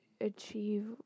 achieve